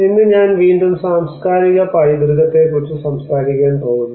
ഇന്ന് ഞാൻ വീണ്ടും സാംസ്കാരിക പൈതൃകത്തെക്കുറിച്ച് സംസാരിക്കാൻ പോകുന്നു